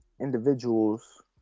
individuals